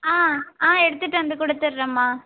ஆ ஆ எடுத்துட்டு வந்து கொடுத்துறன்ம்மா